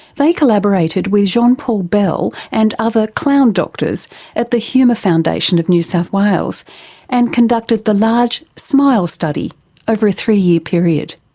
they collaborated with jean paul bell and other clown doctors at the humour foundation of new south wales and conducted the large smile study over a three-year period.